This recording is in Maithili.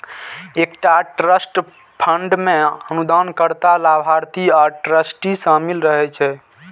एकटा ट्रस्ट फंड मे अनुदानकर्ता, लाभार्थी आ ट्रस्टी शामिल रहै छै